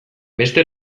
beste